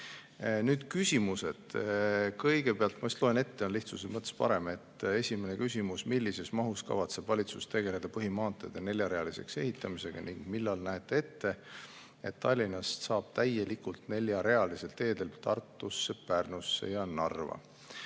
Nüüd küsimused. Kõigepealt ma loen küsimuse ette, nii on lihtsuse mõttes parem. Esimene küsimus: "Millises mahus kavatseb valitsus tegeleda põhimaanteede neljarealiseks ehitamisega ning millal näete ette, et Tallinnast saab täielikult neljarealistel teedel a) Tartusse, b) Pärnusse ja c) Narva?"